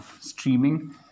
streaming